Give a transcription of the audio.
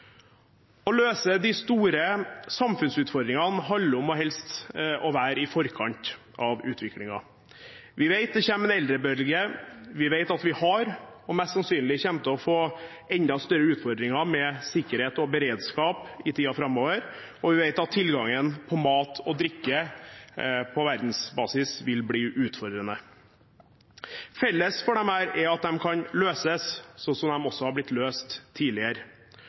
Å løse de store samfunnsutfordringene handler helst om å være i forkant av utviklingen. Vi vet det kommer en eldrebølge. Vi vet at vi har – og mest sannsynlig kommer til å få – enda større utfordringer med sikkerhet og beredskap i tiden framover, og vi vet at tilgangen på mat og drikke på verdensbasis vil bli utfordrende. Felles for disse er at de kan løses, slik de også er blitt løst tidligere.